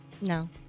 No